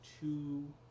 two